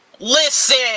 listen